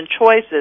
Choices